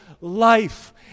life